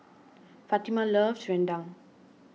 Fatima loves Rendang